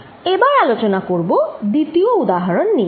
এবার আলোচনা করব দ্বিতীয় উদাহরণ নিয়ে